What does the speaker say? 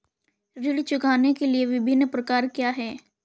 ऋण चुकाने के विभिन्न प्रकार क्या हैं?